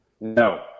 No